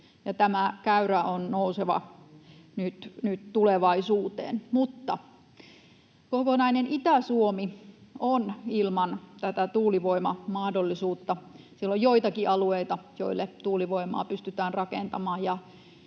tämä käyrä on nouseva nyt tulevaisuuteen. Mutta kokonainen Itä-Suomi on ilman tätä tuulivoimamahdollisuutta. Siellä on joitakin alueita, joille tuulivoimaa pystytään rakentamaan,